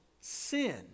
sin